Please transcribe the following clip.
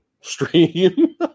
stream